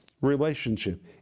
relationship